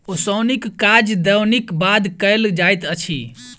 ओसौनीक काज दौनीक बाद कयल जाइत अछि